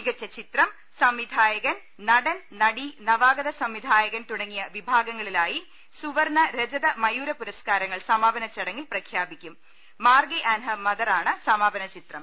മികച്ച ചിത്രം സംവിധായകൻ നടൻ നടി നവാഗത സംവിധായകൻ തുടങ്ങിയ വിഭാഗങ്ങളിലായി സുവർണ്ണ രജത മയൂര പുരസ്കാ രങ്ങൾ സമാപന ചടങ്ങിൽ പ്രഖ്യാപിക്കും മാർഗെ ആന്റ് ഹെർ മദറാണ് സമാപന ചിത്രം